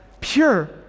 pure